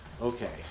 Okay